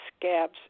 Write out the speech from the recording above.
scabs